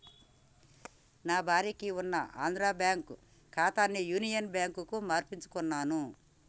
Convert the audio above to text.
నా భార్యకి ఉన్న ఆంధ్రా బ్యేంకు ఖాతాని యునియన్ బ్యాంకుకు మార్పించుకున్నాను